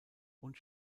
und